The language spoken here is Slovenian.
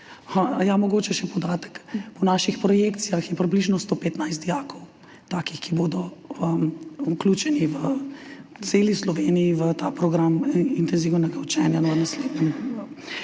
Mogoče še podatek, po naših projekcijah je približno 115 dijakov takih, ki bodo vključeni v celi Sloveniji v ta program intenzivnega učenja.